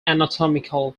anatomical